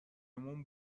موم